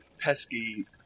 pesky